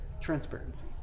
transparency